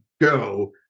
go